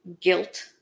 guilt